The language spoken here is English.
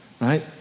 right